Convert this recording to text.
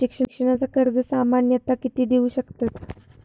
शिक्षणाचा कर्ज सामन्यता किती देऊ शकतत?